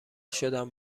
شدم